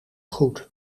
goed